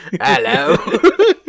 Hello